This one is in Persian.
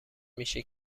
میشه